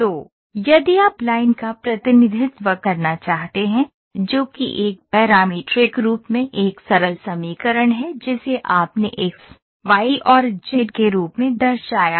तो यदि आप लाइन का प्रतिनिधित्व करना चाहते हैं जो कि एक पैरामीट्रिक रूप में एक सरल समीकरण है जिसे आपने एक्स वाई और जेड के रूप में दर्शाया है